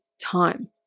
time